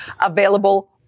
available